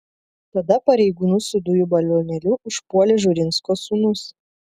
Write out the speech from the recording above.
tada pareigūnus su dujų balionėliu užpuolė žurinsko sūnus